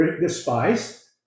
despised